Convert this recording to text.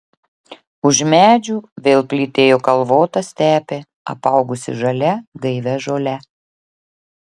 už medžių vėl plytėjo kalvota stepė apaugusi žalia gaivia žole